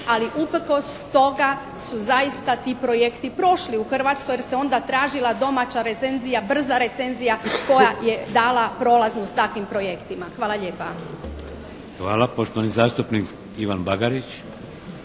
ali uprkos toga su zaista ti projekti prošli u Hrvatskoj jer se onda tražila domaća recenzija, brza recenzija koja je dala prolaznost takvim projektima. Hvala lijepa. **Šeks, Vladimir (HDZ)** Hvala. Poštovani zastupnik Ivan Bagarić.